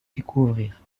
découvrir